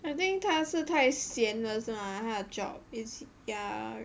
I think 他是太显了是吗他的 job is yeah